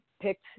picked